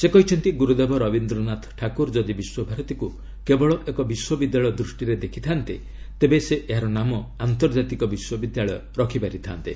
ସେ କହିଛନ୍ତି ଗୁରୁଦେବ ରବୀନ୍ଦ୍ରନାଥ ଠାକୁର ଯଦି ବିଶ୍ୱଭାରତୀକୁ କେବଳ ଏକ ବିଶ୍ୱବିଦ୍ୟାଳୟ ଦୃଷ୍ଟିରେ ଦେଖିଥାନ୍ତେ ତେବେ ସେ ଏହାର ନାମ ଆନ୍ତର୍ଜାତିକ ବିଶ୍ୱବିଦ୍ୟାଳୟ ରଖିପାରିଥାନ୍ତେ